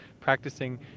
practicing